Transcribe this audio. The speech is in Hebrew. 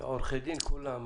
עורכי דין כולם.